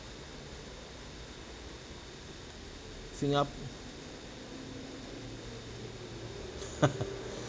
singa~